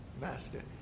master